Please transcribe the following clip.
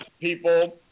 people